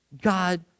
God